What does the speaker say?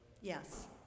Yes